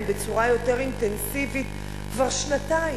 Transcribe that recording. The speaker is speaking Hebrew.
בצורה יותר אינטנסיבית כבר שנתיים.